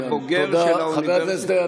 כבוגר של האוניברסיטה,